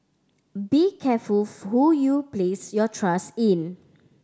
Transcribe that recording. be careful who you place your trust in